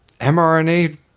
mrna